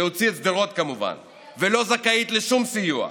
להוציא שדרות, כמובן, ולא זכאית לשום סיוע.